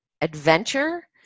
adventure